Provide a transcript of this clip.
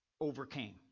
overcame